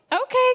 okay